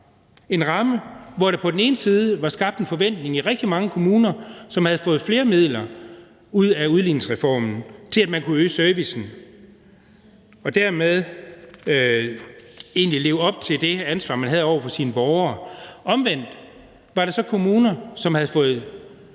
en ramme, hvor der på den ene side var skabt en forventning i rigtig mange kommuner, som havde fået flere midler ud af udligningsreformen, om, at man kunne øge servicen og dermed egentlig leve op til det ansvar, man havde over for sine borgere. Omvendt var der så kommuner, som havde fået